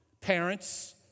Parents